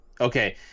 okay